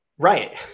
right